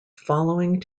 following